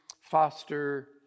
foster